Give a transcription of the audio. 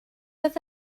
oedd